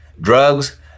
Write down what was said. drugs